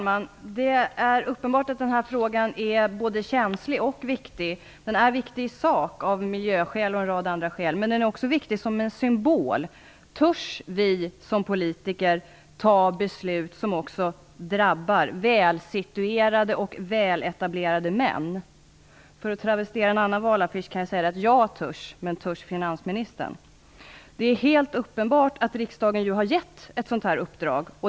Fru talman! Den här frågan är uppenbarligen både känslig och viktig. Den är viktig i sak, av miljöskäl och en rad andra skäl, men den är också viktig som en symbol. Törs vi som politiker fatta beslut som också drabbar välsituerade och väletablerade män? Jag vill travestera en annan valaffisch och säga: Jag törs, men törs finansministern? Det är helt uppenbart att riksdagen har gett ett sådant här uppdrag.